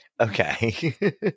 Okay